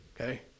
okay